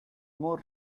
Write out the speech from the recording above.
more